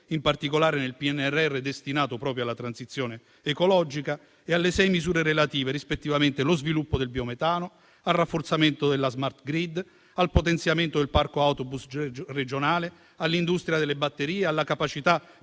in particolare nel PNRR destinato proprio alla transizione ecologica e alle 6 misure relative, rispettivamente, allo sviluppo del biometano, al rafforzamento della *smart grid,* al potenziamento del parco autobus regionale, all'industria delle batterie, alla capacità